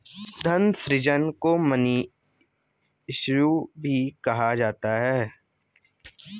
धन सृजन को मनी इश्यू भी कहा जाता है